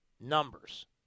numbers